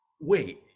wait